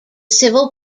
civil